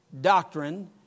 doctrine